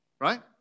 right